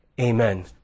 Amen